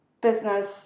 business